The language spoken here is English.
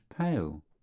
pale